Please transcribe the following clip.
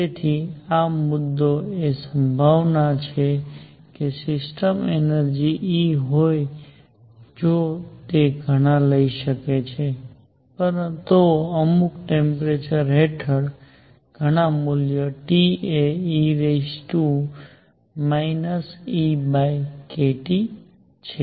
તેથી મુખ્ય મુદ્દો એ સંભાવના છે કે સિસ્ટમમાં એનર્જી E હોય છે જો તે ઘણા લઈ શકે છે તો અમુક ટેમ્પરેચર હેઠળ ઘણા મૂલ્યો T એ e EkT છે